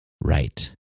right